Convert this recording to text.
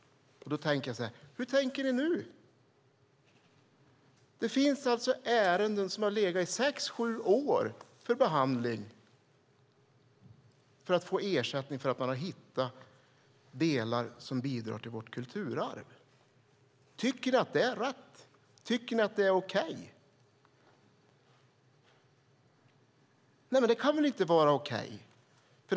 Då undrar jag hur ni tänker. Det finns ärenden som har legat i sex sju år för behandling som handlar om att människor ska få ersättning för att de har hittat delar som bidrar till vårt kulturarv. Tycker ni att det är rätt? Tycker ni att det är okej? Det kan väl inte vara okej.